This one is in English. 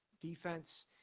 defense